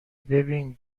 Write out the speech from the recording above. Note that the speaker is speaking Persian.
ببین